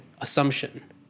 assumption